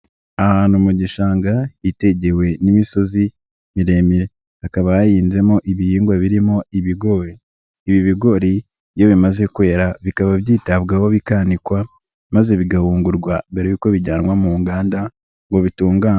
Ahantu mu gishanga hitegewe n'imisozi miremire, hakaba hahinzemo ibihingwa birimo ibigori, ibi bigori iyo bimaze bikaba byitabwaho bikanikwa, maze bigahungurwa mbere y'uko bijyanwa mu nganda, ngo bitunganye.